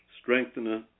strengthener